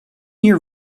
year